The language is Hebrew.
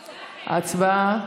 הצבעה.